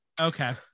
okay